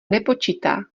nepočítá